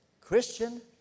Christian